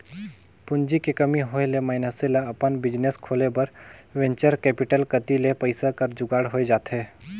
पूंजी के कमी होय ले मइनसे ल अपन बिजनेस खोले बर वेंचर कैपिटल कती ले पइसा कर जुगाड़ होए जाथे